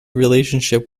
relationship